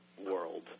world